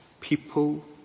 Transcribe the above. people